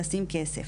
לשים כסף.